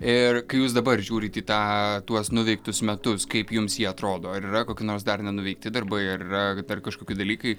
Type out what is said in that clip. iir kai jūs dabar žiūrit į tą tuos nuveiktus metus kaip jums jie atrodo ar yra kokių nors dar nenuveikti darbai ar yra dar kažkokie dalykai